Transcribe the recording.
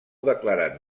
declarat